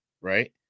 right